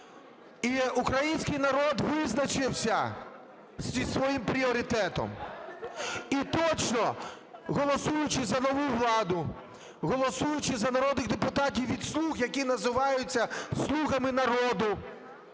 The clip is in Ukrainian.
І український народ визначився зі своїм пріоритетом. І точно, голосуючи за нову владу, голосуючи за народних депутатів від "слуг", які називаються "слугами народу",